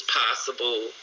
possible